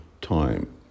time